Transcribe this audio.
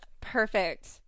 perfect